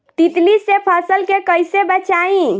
तितली से फसल के कइसे बचाई?